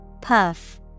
Puff